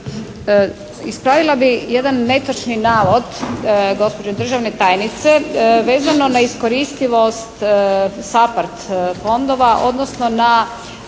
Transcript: Ispravila bih jedan netočni navod gospođe državne tajnice vezano na iskoristivost SAPHARD fondova, odnosno na